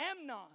Amnon